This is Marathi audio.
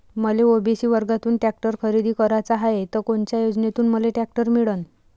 मले ओ.बी.सी वर्गातून टॅक्टर खरेदी कराचा हाये त कोनच्या योजनेतून मले टॅक्टर मिळन?